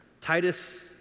Titus